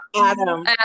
Adam